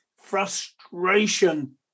frustration